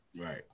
Right